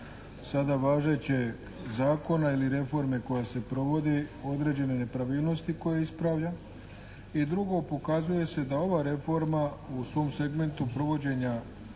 sada važećeg zakona ili reforme koja se provodi određene nepravilnosti koje ispravlja. I drugo, pokazuje se da ova reforma u svom segmentu provođenja